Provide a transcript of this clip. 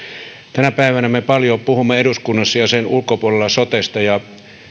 tänä päivänä me paljon puhumme eduskunnassa ja sen ulkopuolella sotesta ja